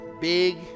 big